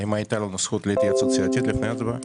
האם הייתה לנו זכות להתייעצות סיעתית לפני הצבעה?